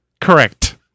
Correct